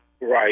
Right